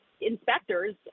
inspectors